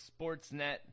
Sportsnet